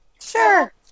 sure